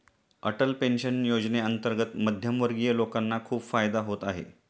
Atal pension योजनेअंतर्गत मध्यमवर्गीय लोकांना खूप फायदा होत आहे